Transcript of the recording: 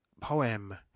poem